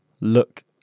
look